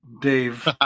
dave